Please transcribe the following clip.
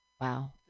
Wow